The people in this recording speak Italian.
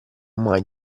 mai